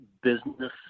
business